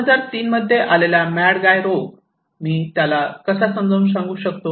2003 मध्ये आलेला मॅड गाय रोग मी त्याला कसा समजावून सांगू शकतो